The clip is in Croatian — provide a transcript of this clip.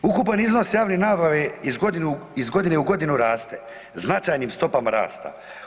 Ukupan iznos javne nabave iz godine u godinu raste značajnim stopama rasta.